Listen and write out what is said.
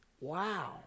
Wow